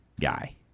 guy